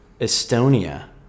Estonia